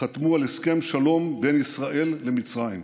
חתמו על הסכם שלום בין ישראל למצרים.